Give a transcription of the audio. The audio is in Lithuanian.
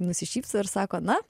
nusišypso ir sako na